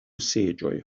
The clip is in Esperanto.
seĝoj